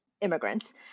immigrants